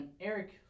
Eric